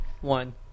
one